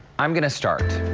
i'm going to start.